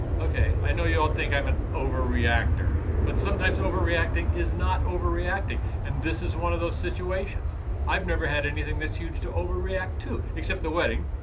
okay, i know you all think i'm an overreactor, but sometimes overreacting is not overreacting. and this is one of those situations i've never had anything this huge to overreact to, except the wedding.